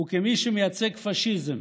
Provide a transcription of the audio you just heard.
ומי שמייצג פשיזם,